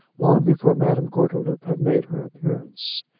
long before madame gordeloup had made her appearance.